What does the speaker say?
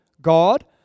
God